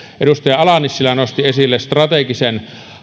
edustaja ala nissilä nosti esille strategisen